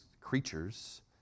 creatures